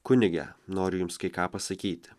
kunige noriu jums kai ką pasakyti